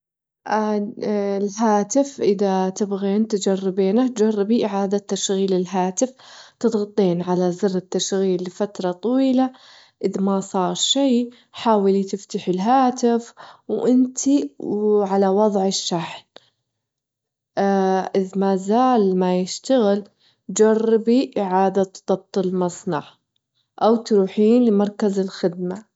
الهاتف إذا تبغين تجربينه، جربي إعادة تشغيل الهاتف، تضغطين على زر التشغيل لفترة طويلة، إذ ما صار شي حاولي تفتحي الهاتف وأنتي على وضع الشحن، إذ مازال ما يشتغل، جربي إعادة ضبط المصنع، أو تروحين لمركز الخدمة.